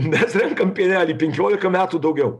mes renkam pienelį penkolika metų daugiau